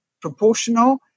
proportional